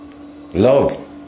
love